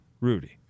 Rudy